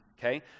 okay